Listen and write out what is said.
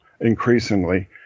increasingly